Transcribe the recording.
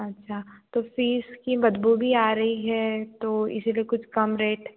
अच्छा तो फ़ीस की बदबू भी आ रही है तो इसीलिए कुछ कम रेट